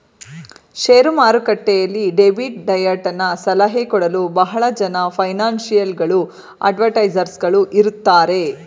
share ಮಾರುಕಟ್ಟೆಯಲ್ಲಿ debit ಡಯಟನ ಸಲಹೆ ಕೊಡಲು ಬಹಳ ಜನ ಫೈನಾನ್ಸಿಯಲ್ ಗಳು ಅಡ್ವೈಸರ್ಸ್ ಗಳು ಇರುತ್ತಾರೆ